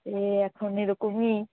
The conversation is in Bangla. এ এখন এরকমই